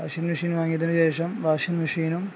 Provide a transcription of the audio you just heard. washing machine വാങ്ങിയതിന് ശേഷം washing മെഷീനും